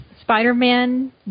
Spider-Man